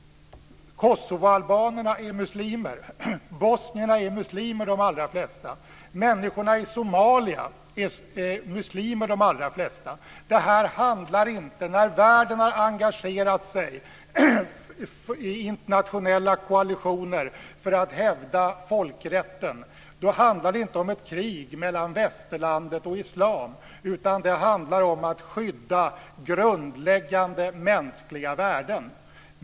Kosovoalbanerna är muslimer. Bosnierna är muslimer, de allra flesta. Människorna i Somalia är muslimer, de allra flesta. När världen har engagerat sig i internationella koalitioner för att hävda folkrätten handlar det inte om ett krig mellan västerlandet och islam, utan det handlar om att skydda grundläggande mänskliga värden.